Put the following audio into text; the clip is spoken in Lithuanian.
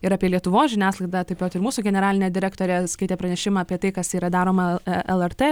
ir apie lietuvos žiniasklaidą taip pat ir mūsų generalinė direktorė skaitė pranešimą apie tai kas yra daroma lrt